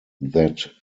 that